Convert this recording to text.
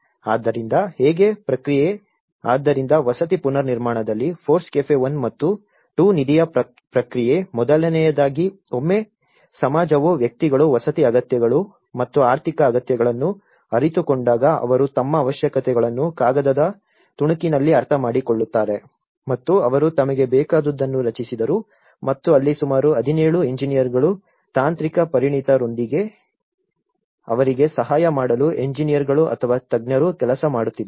ಆದ್ದರಿಂದ ಹೇಗೆ ಪ್ರಕ್ರಿಯೆ ಆದ್ದರಿಂದ ವಸತಿ ಪುನರ್ನಿರ್ಮಾಣದಲ್ಲಿ FORECAFE 1 ಮತ್ತು 2 ನಿಧಿಯ ಪ್ರಕ್ರಿಯೆ ಮೊದಲನೆಯದಾಗಿ ಒಮ್ಮೆ ಸಮಾಜವು ವ್ಯಕ್ತಿಗಳು ವಸತಿ ಅಗತ್ಯಗಳು ಮತ್ತು ಆರ್ಥಿಕ ಅಗತ್ಯಗಳನ್ನು ಅರಿತುಕೊಂಡಾಗ ಅವರು ತಮ್ಮ ಅವಶ್ಯಕತೆಗಳನ್ನು ಕಾಗದದ ತುಣುಕಿನಲ್ಲಿ ಅರ್ಥಮಾಡಿಕೊಳ್ಳುತ್ತಾರೆ ಮತ್ತು ಅವರು ತಮಗೆ ಬೇಕಾದುದನ್ನು ರಚಿಸಿದರು ಮತ್ತು ಅಲ್ಲಿ ಸುಮಾರು 17 ಎಂಜಿನಿಯರ್ಗಳು ತಾಂತ್ರಿಕ ಪರಿಣತಿಯೊಂದಿಗೆ ಅವರಿಗೆ ಸಹಾಯ ಮಾಡಲು ಎಂಜಿನಿಯರ್ಗಳು ಅಥವಾ ತಜ್ಞರು ಕೆಲಸ ಮಾಡುತ್ತಿದ್ದಾರೆ